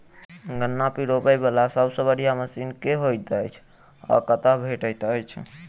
गन्ना पिरोबै वला सबसँ बढ़िया मशीन केँ होइत अछि आ कतह भेटति अछि?